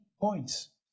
points